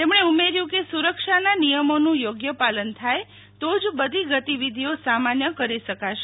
તેમણે ઉમેર્યું કે સુરક્ષાના નિયમોનું યોગ્ય પાલન થાય તો જ બધી ગતિવિધિઓ સામાન્ય કરી શકાશે